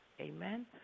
Amen